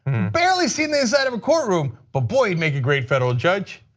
barely seen a sort of a courtroom, but but he make a great federal judge.